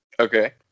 Okay